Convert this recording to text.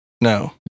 No